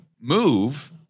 move